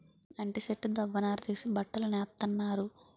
అంటి సెట్టు దవ్వ నార తీసి బట్టలు నేత్తన్నారు